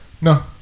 no